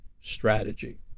strategy